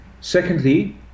Secondly